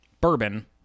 bourbon